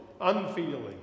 unfeeling